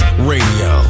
Radio